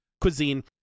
cuisine